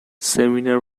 seminar